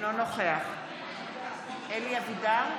אינו נוכח אלי אבידר,